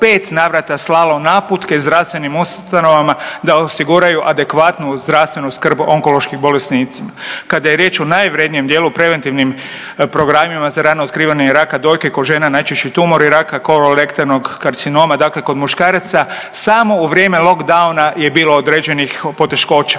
u 5 navrata slalo naputke zdravstvenim ustanovama da osiguraju adekvatnu zdravstvenu skrb onkološkim bolesnicima. Kada je riječ o najvrjednijem dijelu preventivnim programima za rano otkrivanje raka dojke, kod žena najčešći tumori raka, kololektornog karcinoma, dakle kod muškaraca, samo u vrijeme lockdowna je bilo određenih poteškoća,